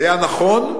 היה נכון,